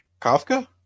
Kafka